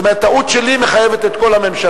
זאת אומרת: טעות שלי מחייבת את כל הממשלה.